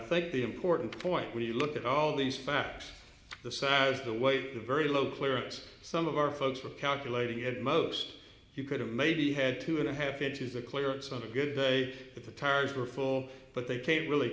think the important point when you look at all these facts the size the weight the very low clearance some of our folks were calculating at most you could have maybe had two and a half inches of clearance on a good day but the tires were full but they can't really